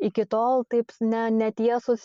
iki tol taip ne netiesus